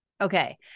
Okay